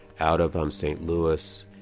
out of um st. louis,